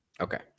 Okay